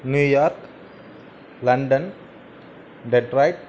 New York London detroit